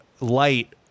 light